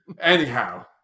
Anyhow